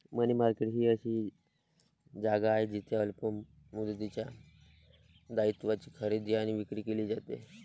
मनी market ही अशी जागा आहे जिथे अल्प मुदतीच्या दायित्वांची खरेदी आणि विक्री केली जाते